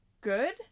Good